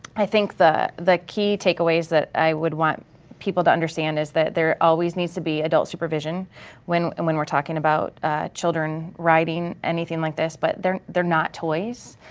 i think the the key take aways that i would want people to understand is that there always needs to be adult supervision when and when we're talking about children riding anything like this but they're they're not toys,